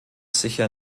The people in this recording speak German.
sicher